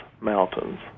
mountains